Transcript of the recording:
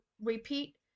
repeat